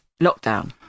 lockdown